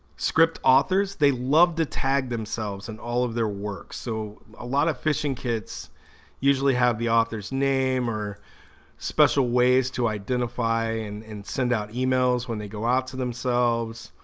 script authors, they love to tag themselves and all of their works. so a lot of phishing kits usually have the author's name or special ways to identify and and send out emails when they go out to themselves,